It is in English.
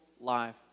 life